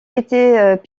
étaient